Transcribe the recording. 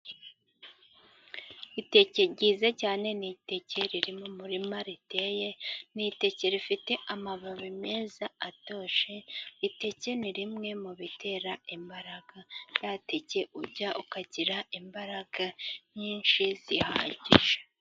Iteke ryiza cyane ni iteke riri mu muririma riteye, n'iteke rifite amababi meza atoshye. Iteke ni rimwe mu bitera imbaraga. Rya teke urya ukagira imbaraga nyinshi zihagije.